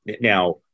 Now